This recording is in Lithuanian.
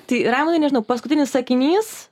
tai raimundai nežinau paskutinis sakinys